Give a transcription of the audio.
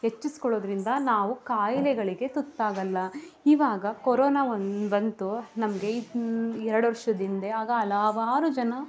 ಹೆಚ್ಚಿಸ್ಕೊಳೋದ್ರಿಂದ ನಾವು ಕಾಯಿಲೆಗಳಿಗೆ ತುತ್ತಾಗೋಲ್ಲ ಇವಾಗ ಕೊರೊನಾ ಒಂದು ಬಂತು ನಮಗೆ ಎರಡು ವರ್ಷದ ಹಿಂದೆ ಆಗ ಹಲಾವಾರು ಜನ